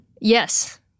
Yes